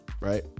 right